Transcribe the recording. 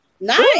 Nice